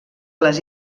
les